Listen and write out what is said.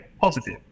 positive